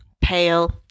pale